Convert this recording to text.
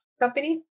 company